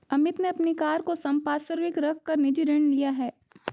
अमित ने अपनी कार को संपार्श्विक रख कर निजी ऋण लिया है